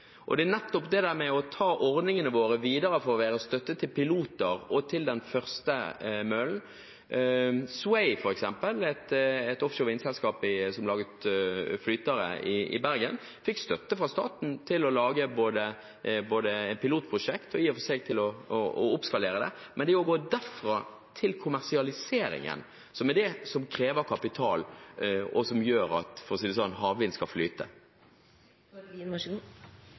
nettopp om det å ta ordningene våre videre fra å være støtte til piloter til den første møllen. Sway, som er et offshorevind-selskap som laget flytere i Bergen, fikk f.eks. støtte fra staten til både å lage pilotprosjektet og til å oppskalere det. Men å gå derfra til kommersialisering er det som krever kapital, og som gjør at havvind skal kunne flyte, for å si det sånn. Det er Stortinget som har innført ordningen med grønne sertifikater. Den varer til 2021, og når jeg har sagt at jeg skal